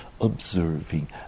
observing